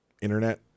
internet